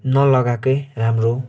नलगाएकै राम्रो